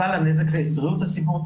בריאות הציבור,